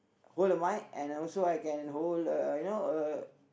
hold the mic and also I can hold uh you know uh